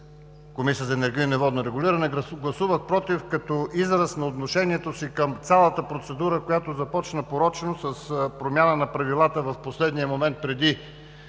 Комисията за енергийно и водно регулиране. Гласувах „против“ като израз на отношението си към цялата процедура, която започна порочно с промяна на правилата в последния момент преди